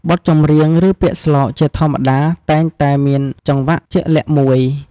បទចម្រៀង ឬពាក្យស្លោកជាធម្មតាតែងតែមានចង្វាក់ជាក់លាក់មួយ។